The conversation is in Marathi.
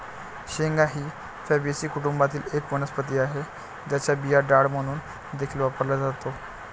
शेंगा ही फॅबीसी कुटुंबातील एक वनस्पती आहे, ज्याचा बिया डाळ म्हणून देखील वापरला जातो